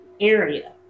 area